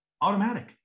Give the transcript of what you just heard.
automatic